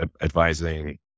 advising